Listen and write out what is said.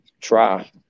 try